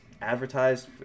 advertised